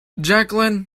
jacqueline